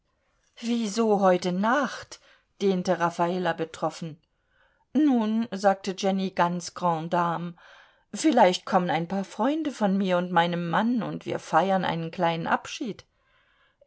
wieso heute nacht dehnte raffala betroffen nun sagte jenny ganz grande dame vielleicht kommen ein paar freunde von mir und meinem mann und wir feiern einen kleinen abschied